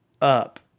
up